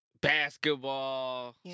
Basketball